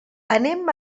anem